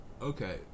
Okay